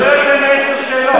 אבל לא יותר מעשר שאלות...